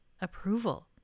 approval